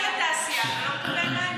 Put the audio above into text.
נותן לתעשייה ולא מקבל מים.